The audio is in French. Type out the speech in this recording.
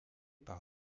par